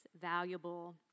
valuable